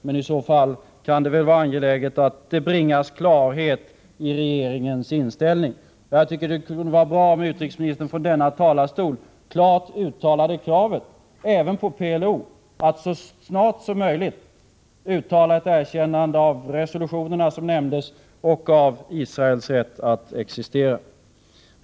Men i så fall kan det vara angeläget att det bringas klarhet i regeringens inställning. Jag tycker att det vore bra om utrikesministern från denna talarstol klart uttalade kravet även på PLO att så snart som möjligt erkänna de resolutioner som nämnts och Israels rätt att existera.